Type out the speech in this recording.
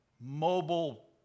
mobile